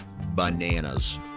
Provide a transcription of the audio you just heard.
bananas